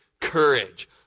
courage